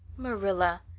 marilla!